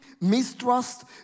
mistrust